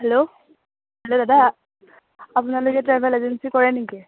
hello দাদা আপোনালোকে travel agency কৰে নেকি